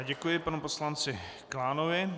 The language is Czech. Děkuji panu poslanci Klánovi.